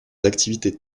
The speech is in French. activités